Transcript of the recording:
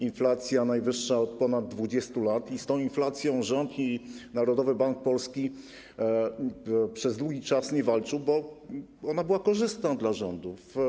Inflacja najwyższa od ponad 20 lat i z tą inflacją rząd i Narodowy Bank Polski przez długi czas nie walczył, bo ona była korzystna dla rządu.